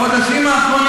בחודשים האחרונים,